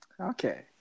Okay